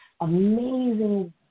amazing